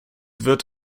wird